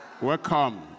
Welcome